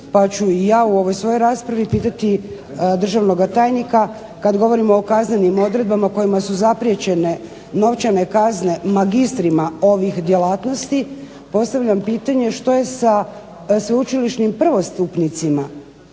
pa ću ja u ovoj svojoj raspravi pitati državnoga tajnika, kada govorimo o kaznenim odredbama kojima su zapriječene novčane kazne magistrima ovih djelatnosti postavljam pitanje što je sa sveučilišnim prvostupnicima